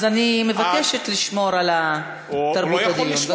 אני מבקשת לשמור על תרבות הדיון.